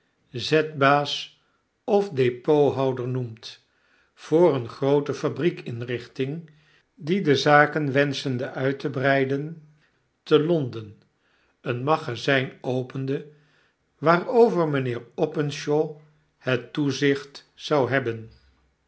zetbaas of depothouder noemt voor eene groote fabriekinrichting die de zaken wenschende uit te breiden te l o n d e n een magazyn opende waarover mynheer openshaw het toezicht zou hebbeii